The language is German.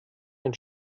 ein